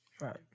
right